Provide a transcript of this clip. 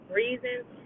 reasons